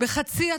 בחצי התורן,